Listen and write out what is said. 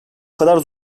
kadar